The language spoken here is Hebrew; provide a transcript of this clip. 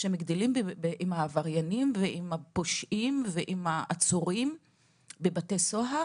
שהם גדלים עם העבריינים ועם הפושעים ועם העצורים בבתי סוהר?